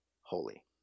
holy